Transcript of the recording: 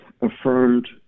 affirmed